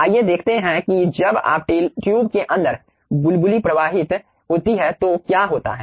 आइए देखते हैं कि जब आप ट्यूब के अंदर बुलबुली प्रवाह प्रवाहित होती हैं तो क्या होता है